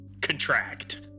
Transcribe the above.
contract